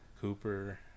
Cooper